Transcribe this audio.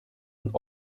und